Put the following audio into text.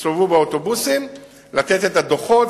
יסתובבו באוטובוסים לתת את הדוחות,